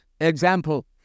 example